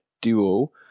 duo